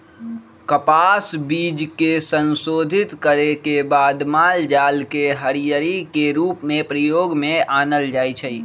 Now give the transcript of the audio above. कपास बीज के संशोधित करे के बाद मालजाल के हरियरी के रूप में प्रयोग में आनल जाइ छइ